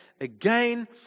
again